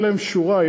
תהיה להם שורה,